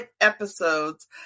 episodes